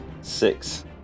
Six